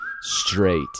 straight